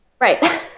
Right